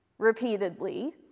Repeatedly